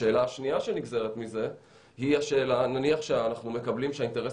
השאלה השנייה שנגזרת מזה היא השאלה: נניח שאנחנו מקבלים שהאינטרס